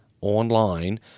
online